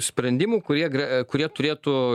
sprendimų kurie gre kurie turėtų